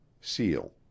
Seal